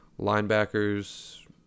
Linebackers